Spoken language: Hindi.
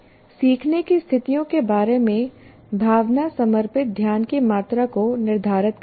सीखने की स्थितियों के बारे में भावना समर्पित ध्यान की मात्रा को निर्धारित करती है